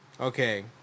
Okay